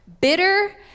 Bitter